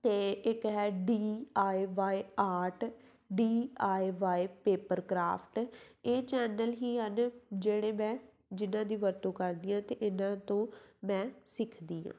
ਅਤੇ ਇੱਕ ਹੈ D I Y art D I Y paper craft ਇਹ ਚੈਨਲ ਹੀ ਹਨ ਜਿਹੜੇ ਮੈਂ ਜਿਨ੍ਹਾਂ ਦੀ ਵਰਤੋਂ ਕਰਦੀ ਹਾਂ ਅਤੇ ਇਹਨਾਂ ਤੋਂ ਮੈਂ ਸਿੱਖਦੀ ਹਾਂ